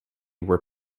were